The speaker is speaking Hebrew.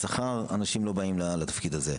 ושכר, אנשים לא באים לתפקיד הזה.